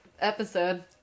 episode